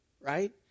right